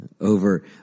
over